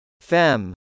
FEM